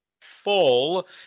full